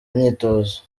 myitozo